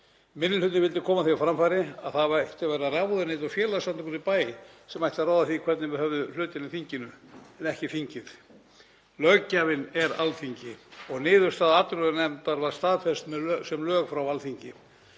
Minni hlutinn vildi koma því á framfæri að það ættu að vera ráðuneyti og félagasamtök úti í bæ sem ættu að ráða því hvernig við hefðum hlutina í þinginu en ekki þingið. Löggjafinn er Alþingi og niðurstaða atvinnuveganefndar var staðfest sem lög frá Alþingi.